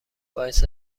باعث